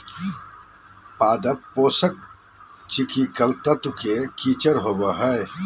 पादप पोषक चिकिकल तत्व के किचर होबो हइ